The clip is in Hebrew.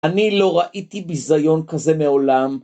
אני לא ראיתי ביזיון כזה מעולם.